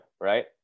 right